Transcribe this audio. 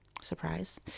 surprise